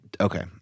Okay